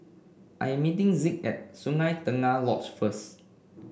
I am meeting Zeke at Sungei Tengah Lodge first